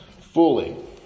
fully